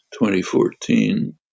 2014